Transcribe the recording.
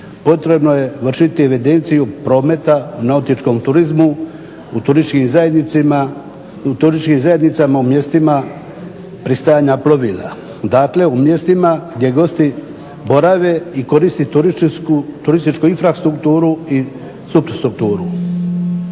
potrebno je vršiti evidenciju prometa u nautičkom turizmu u turističkim zajednicama u mjestima pristajanja plovila, dakle u mjestima gdje gosti borave i koriste turističku infrastrukturu i suprastrukturu.